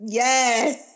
yes